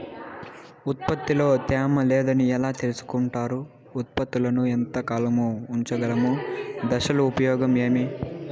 ఉత్పత్తి లో తేమ లేదని ఎలా తెలుసుకొంటారు ఉత్పత్తులను ఎంత కాలము ఉంచగలము దశలు ఉపయోగం ఏమి?